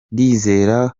ndizera